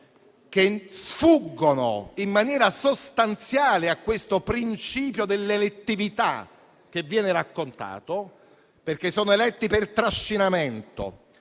che sfuggono in maniera sostanziale al principio dell'elettività che viene raccontato, perché sono eletti per trascinamento,